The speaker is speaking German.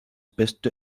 beste